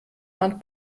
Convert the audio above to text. warnt